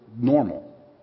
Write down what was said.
normal